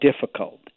difficult